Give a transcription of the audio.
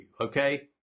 Okay